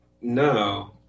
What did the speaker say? no